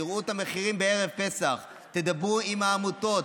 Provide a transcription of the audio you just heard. תראו את המחירים בערב פסח, תדברו עם העמותות,